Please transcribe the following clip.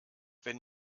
wenn